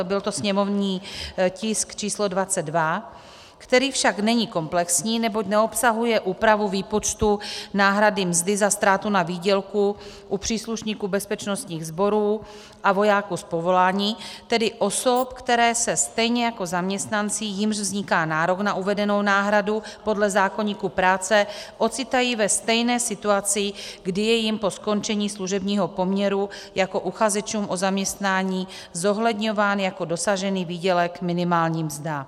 Byl to sněmovní tisk číslo 22, který však není komplexní, neboť neobsahuje úpravu výpočtu náhrady mzdy za ztrátu na výdělku u příslušníků bezpečnostních sborů a vojáků z povolání, tedy osob, které se stejně jako zaměstnanci, kterým vzniká nárok na uvedenou náhradu podle zákoníku práce, ocitají ve stejné situaci, kdy je jim po skončení služebního poměru jako uchazečům o zaměstnání zohledňována jako dosažený výdělek minimální mzda.